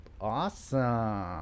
Awesome